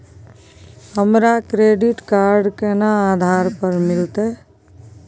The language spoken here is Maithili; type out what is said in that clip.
हमरा क्रेडिट कार्ड केना आधार पर मिलते?